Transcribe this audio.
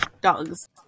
dogs